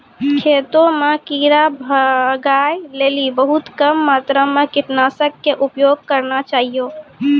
खेतों म कीड़ा भगाय लेली बहुत कम मात्रा मॅ कीटनाशक के उपयोग करना चाहियो